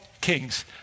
kings